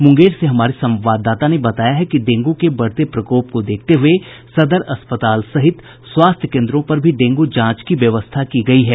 मूंगेर से हमारे संवाददाता ने बताया है कि डेंगू के बढ़ते प्रकोप को देखते हुए सदर अस्पताल सहित स्वास्थ्य केन्द्रों पर भी डेंगू जांच की व्यवस्था की गयी है